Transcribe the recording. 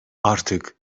artık